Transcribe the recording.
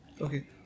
Okay